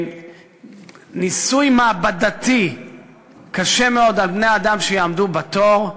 וניסוי מעבדתי קשה מאוד על בני-אדם, שיעמדו בתור,